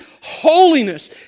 holiness